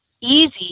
easy